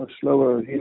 slower